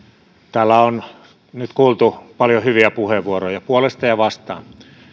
täällä on nyt kuultu paljon hyviä puheenvuoroja puolesta ja vastaan